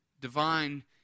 divine